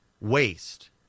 waste